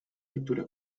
lectura